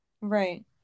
Right